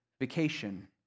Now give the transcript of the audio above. vacation